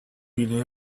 been